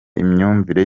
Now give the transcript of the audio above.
imyumvire